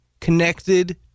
connected